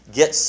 get